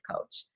coach